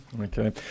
Okay